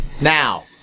Now